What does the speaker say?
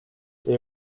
they